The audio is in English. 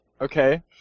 Okay